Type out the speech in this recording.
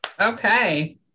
Okay